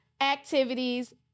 activities